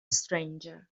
stranger